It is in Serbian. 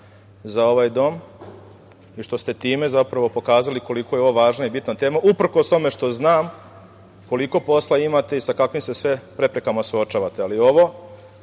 za ovaj dom i što ste time, zapravo pokazali koliko je ovo važna i bitna tema uprkos tome što znam koliko posla imate i sa kakvim se sve preprekama suočavate, ali ovo